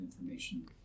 information